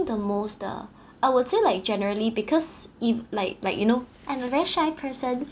the most ah I would say like generally because if like like you know I'm a very shy person